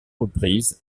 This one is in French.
reprises